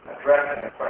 addressing